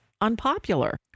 unpopular